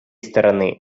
стороны